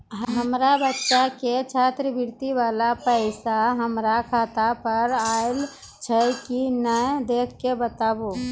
हमार बच्चा के छात्रवृत्ति वाला पैसा हमर खाता पर आयल छै कि नैय देख के बताबू?